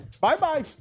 Bye-bye